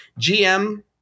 GM